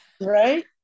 Right